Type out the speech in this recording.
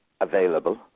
available